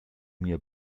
mir